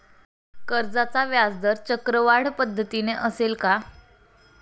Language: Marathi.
कर्जाचा व्याजदर चक्रवाढ पद्धतीने असेल का?